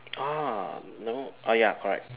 ah no ah ya correct